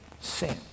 sin